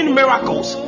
miracles